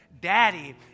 Daddy